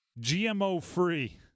GMO-free